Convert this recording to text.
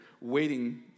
waiting